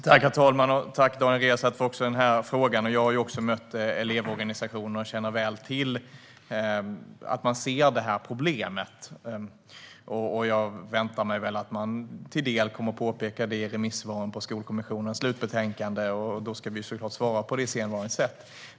Herr talman! Tack även för denna fråga, Daniel Riazat! Jag har också mött elevorganisationer och känner väl till att man ser det här problemet. Jag väntar mig väl att man till del kommer att påpeka det i remissvaren till Skolkommissionens slutbetänkande, och då ska vi såklart svara på det på sedvanligt sätt.